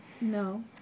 No